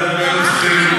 את אותם נכסי נפקדים,